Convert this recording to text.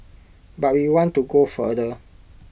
but we want to go further